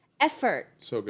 effort